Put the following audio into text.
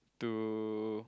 to